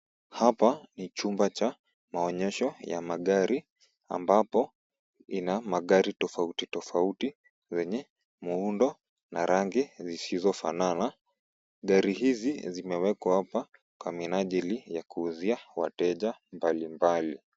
Hapa ni chumba cha maonyesho ya magari, ambapo ina magari tofauti tofauti, zenye muundo na rangi zisizofanana. Gari hizi zimewekwa hapa kwa minajili ya kuuzia wateja mbalimbali.